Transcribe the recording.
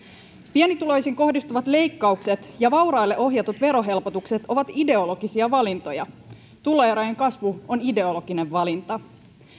pienituloisiin kohdistuvat leik kaukset ja vauraille ohjatut verohelpotukset ovat ideologisia valintoja tuloerojen kasvu on ideologinen valinta